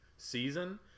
season